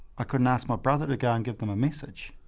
i couldn't ask my brother to go and give them a message.